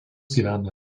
gyveno